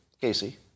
Casey